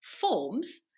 forms